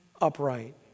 upright